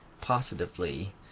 positively